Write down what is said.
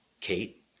Kate